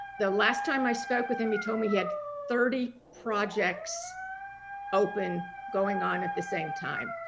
the last time i spoke with him he told me he had thirty projects open going on at the same time.